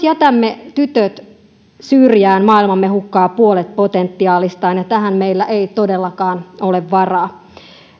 jätämme tytöt syrjään maailmamme hukkaa puolet potentiaalistaan ja tähän meillä ei todellakaan ole varaa